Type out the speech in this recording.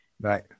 Right